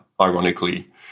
ironically